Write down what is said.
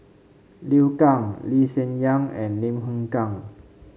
Liu Kang Lee Hsien Yang and Lim Hng Kiang